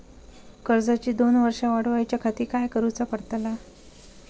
कर्जाची दोन वर्सा वाढवच्याखाती काय करुचा पडताला?